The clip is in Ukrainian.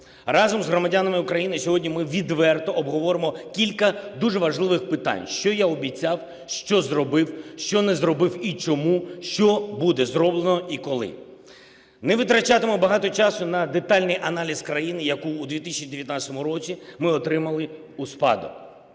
Разом з громадянами України сьогодні ми відверто обговоримо кілька дуже важливих питань: що я обіцяв, що зробив, що не зробив і чому, що буде зроблено і коли. Не витрачатиму багато часу на детальний аналіз країни, яку в 2019 році ми отримали у спадок.